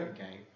okay